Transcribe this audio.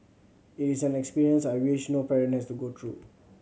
it is an experience I wish no parent has to go through